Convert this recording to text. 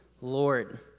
Lord